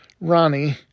Ronnie